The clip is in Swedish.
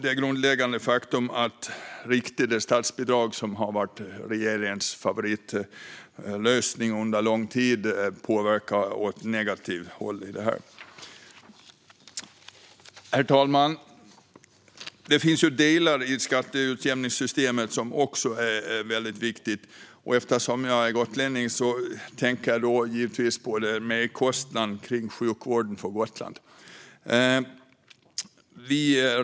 En grundläggande faktor är riktade statsbidrag, som har varit regeringens favoritlösning under lång tid men som har en negativ påverkan på skatteutjämningssystemet. Herr talman! Det finns andra delar i skatteutjämningssystemet som är viktiga. Eftersom jag är gotlänning tänker jag givetvis på merkostnaderna för sjukvården på Gotland.